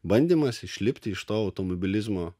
bandymas išlipti iš to automobilizmo